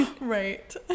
Right